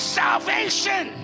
salvation